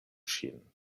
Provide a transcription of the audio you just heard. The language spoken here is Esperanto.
ŝin